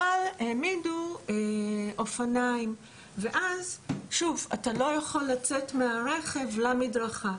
אבל העמידו אופניים ואז אתה לא יכול לצאת מהרכב למדרכה.